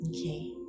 Okay